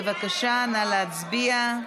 בבקשה, נא להצביע.